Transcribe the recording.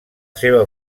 seva